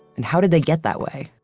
and how did they get that way?